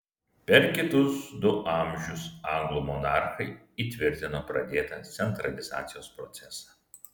per kitus du amžius anglų monarchai įtvirtino pradėtą centralizacijos procesą